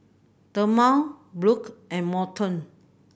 Thelma Burke and Morton